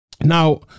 Now